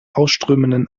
ausströmenden